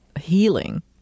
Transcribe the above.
healing